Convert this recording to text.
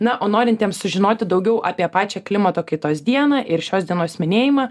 na o norintiems sužinoti daugiau apie pačią klimato kaitos dieną ir šios dienos minėjimą